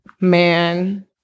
Man